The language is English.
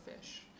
fish